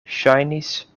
ŝajnis